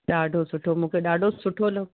ॾाढो सुठो मूंखे ॾाढो सुठो लॻो